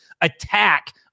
attack